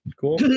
cool